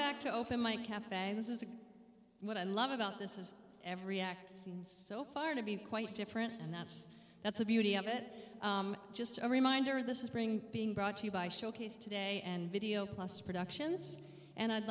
back to open mike cafe this is what i love about this is every act seen so far to be quite different and that's that's the beauty of it just a reminder this is bringing being brought to you by showcase today and video plus productions and i'd